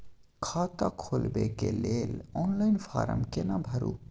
खाता खोलबेके लेल ऑनलाइन फारम केना भरु?